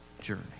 journey